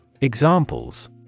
Examples